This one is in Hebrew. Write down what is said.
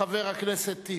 חבר הכנסת טיבי,